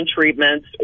treatments